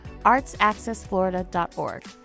artsaccessflorida.org